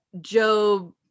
Job